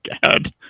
God